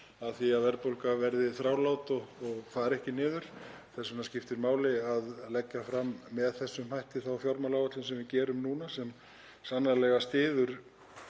af því að verðbólga verði þrálát og fari ekki niður. Þess vegna skiptir máli að leggja fram með þessum hætti þá fjármálaáætlun sem við gerum núna sem sannarlega styður